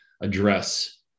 address